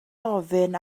ofyn